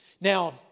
Now